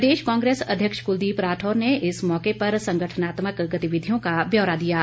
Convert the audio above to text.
प्रदेश कांग्रेस अध्यक्ष कुलदीप राठौर ने इस मौके पर संगठनात्मक गतिविधियों का विरोधी है